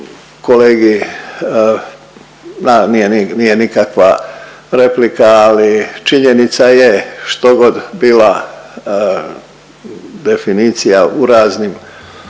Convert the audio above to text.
Kolegi na, nije nikakva replika, ali činjenica je što god bila definicija u raznim